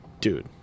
dude